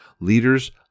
Leaders